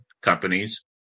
companies